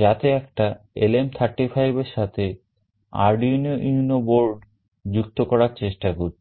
যাতে একটা LM35 এর সাথে Arduino UNO বোর্ড যুক্ত করার চেষ্টা করছি